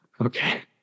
Okay